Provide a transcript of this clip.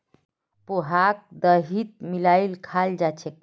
पोहाक दहीत मिलइ खाल जा छेक